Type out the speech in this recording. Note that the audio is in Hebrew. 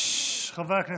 חברי הכנסת.